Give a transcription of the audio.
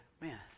man